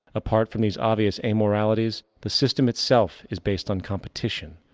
apart from these obvious amoralities, the system itself is based on competition,